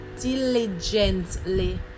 diligently